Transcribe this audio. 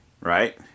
right